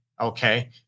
Okay